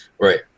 Right